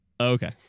Okay